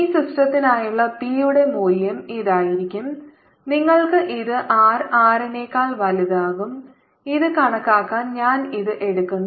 ഈ സിസ്റ്റത്തിനായുള്ള ബി യുടെ മൂല്യം ഇതായിരിക്കും നിങ്ങൾക്ക് ഇത് r R നെക്കാൾ വലുതാകാം ഇത് കണക്കാക്കാൻ ഞാൻ ഇത് എടുക്കുന്നു